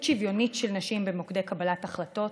שוויונית של נשים במוקדי קבלת החלטות